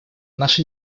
наша